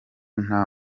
nta